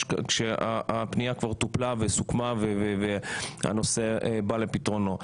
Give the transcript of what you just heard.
כשהפנייה כבר טופלה וסוכמה והנושא בא לפתרונו.